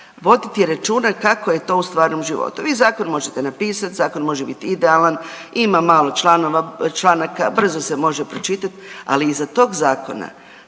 voditi računa kako je to u stvarnom životu. Vi zakon možete napisati, zakon može biti idealan, ima malo članova, članaka, brzo se može pročitat, ali iza tog zakona